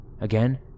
Again